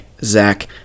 Zach